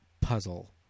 puzzle